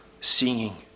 singing